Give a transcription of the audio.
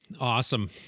Awesome